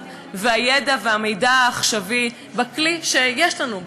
ואת הידע והמידע העכשווי בכלי שיש לנו,